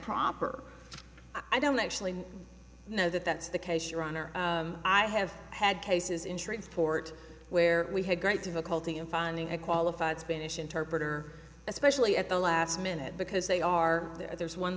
proper i don't actually know that that's the case your honor i have had cases in shreveport where we had great difficulty in finding a qualified spanish interpreter especially at the last minute because they are there's one